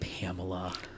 Pamela